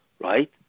right